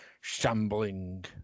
shambling